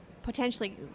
potentially